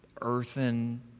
earthen